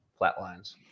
flatlines